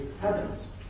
heavens